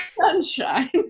sunshine